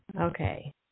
Okay